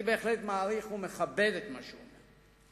אני בהחלט מעריך ומכבד את מה שהוא אומר.